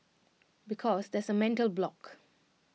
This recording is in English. because there's A mental block